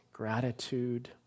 gratitude